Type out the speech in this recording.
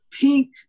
pink